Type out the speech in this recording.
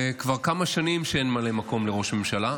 זה כבר כמה שנים שאין ממלא מקום לראש הממשלה,